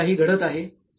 भरपूर काही घडत आहे